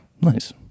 nice